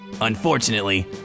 Unfortunately